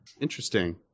Interesting